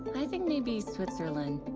but i think maybe switzerland.